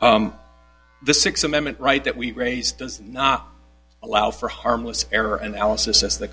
the sixth amendment right that we raise does not allow for harmless error analysis as the